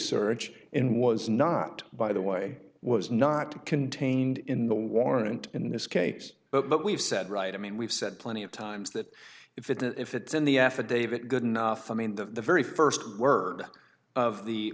search in was not by the way was not contained in the warrant in this case but what we've said right i mean we've said plenty of times that if it if it's in the affidavit good enough i mean the very first word of the